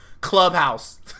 Clubhouse